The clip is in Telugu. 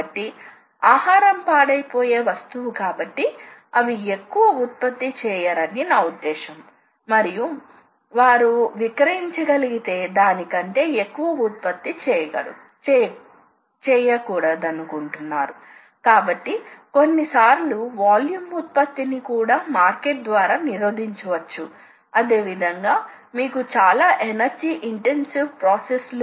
ప్రాథమిక పొడవు యూనిట్ ఏమిటో అర్థం చేసుకోవడానికి షాఫ్ట్ ఎన్కోడర్ ప్రతి భ్రమణానికి 500 పల్స్ లు ఇస్తుందని అనుకుందాం మరోవైపు బాల్ స్క్రూ లేదా బాల్ స్క్రూ పిచ్ 1mm కాబట్టి ఒక భ్రమణం 1mm పురోగతికి సమానం 1mm స్థానభ్రంశం కాబట్టి ఇప్పుడు షాఫ్ట్ ఎన్కోడర్ యొక్క ఒక పల్స్ 1500mm 0